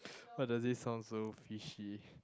why does it sound so fishy